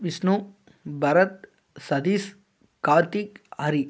Vishnu Bharat Satish Karthik Hari